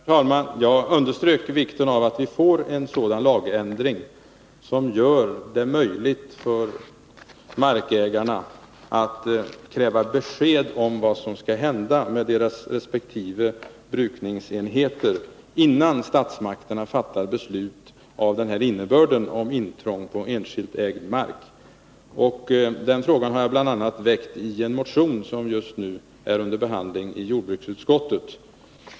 Herr talman! Jag underströk vikten av att vi får en lagändring som gör det möjligt för markägarna att kräva besked om vad som skall hända med deras respektive brukningsenheter innan statsmakterna fattar beslut som leder till intrång på enskilt ägd mark. Den frågan har jag bl.a. väckt i en motion, som just nu är under behandling i jordbruksutskottet.